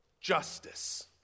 justice